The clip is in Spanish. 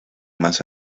más